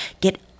Get